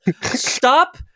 Stop